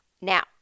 Now